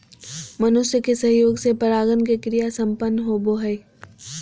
मनुष्य के सहयोग से परागण के क्रिया संपन्न होबो हइ